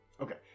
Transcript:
Okay